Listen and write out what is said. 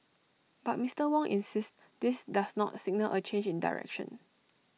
but Mister Wong insists this does not signal A change in direction